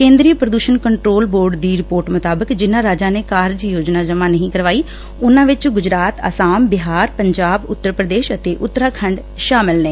ਕੇਂਦਰੀ ਪ੍ਰਦੁਸ਼ਣ control board ਦੀ ਰਿਪੋਰਟ ਮੁਤਾਬਿਕ ਜਿਨਾਂ ਰਾਜਾਂ ਨੇ ਕਾਰਜ ਯੋਜਨਾ ਜਮੁਾਂ ਨਹੀਂ ਕਰਵਾਈ ਉਨੂਾ ਵਿਚ ਗੁਜਰਾਤ ਆਸਾਮ ਬਿਹਾਰ ਪੰਜਾਬ ਉਤਰ ਪ੍ਰਦੇਸ਼ ਅਤੇ ਉਤਰਾਖੰਡ ਸ਼ਾਮਲ ਨੇ